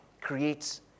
creates